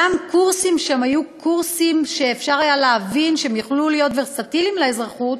גם קורסים שאפשר היה להבין שהם יכלו להיות ורסטיליים לאזרחות,